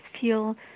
feel